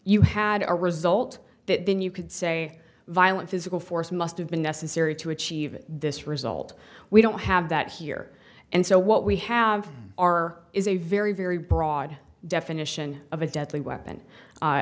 you had a result that then you could say violent physical force must have been necessary to achieve this result we don't have that here and so what we have are is a very very broad definition of a deadly weapon